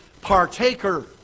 partaker